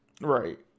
Right